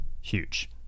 huge